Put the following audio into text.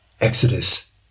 Exodus